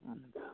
हुन्छ